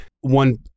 one